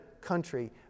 country